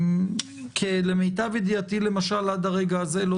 כי למיטב ידיעתי למשל עד הרגע הזה לא